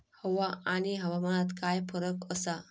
हवा आणि हवामानात काय फरक असा?